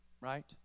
Right